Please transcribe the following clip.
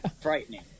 frightening